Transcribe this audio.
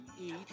eat